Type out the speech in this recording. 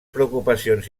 preocupacions